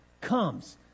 comes